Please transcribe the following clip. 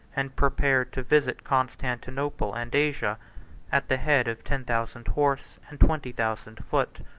and prepared to visit constantinople and asia at the head of ten thousand horse and twenty thousand foot.